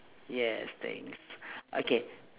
yes thanks okay